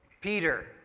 Peter